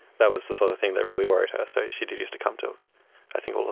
that was the sort of thing that really worried her, so she did used to come to i think all of